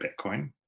Bitcoin